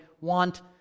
want